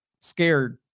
scared